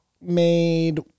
made